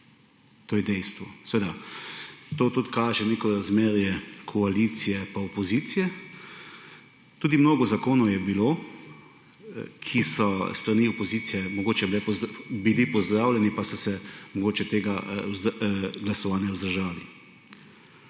To je dejstvo. To tudi kaže neko razmerje koalicije pa opozicije. Tudi mnogo zakonov je bilo, ki so s strani opozicije mogoče bili pozdravljeni, pa so se mogoče tega glasovanje vzdržali.